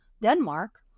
Denmark